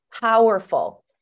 powerful